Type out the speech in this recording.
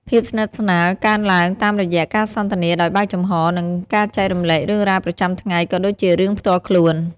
ភាពស្និទ្ធស្នាលកើនឡើងតាមរយៈការសន្ទនាដោយបើកចំហ និងការចែករំលែករឿងរ៉ាវប្រចាំថ្ងៃ ក៏ដូចជារឿងផ្ទាល់ខ្លួន។